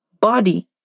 body